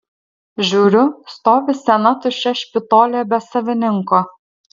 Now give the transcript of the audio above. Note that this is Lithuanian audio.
žiūriu stovi sena tuščia špitolė be savininko